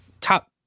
top